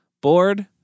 Bored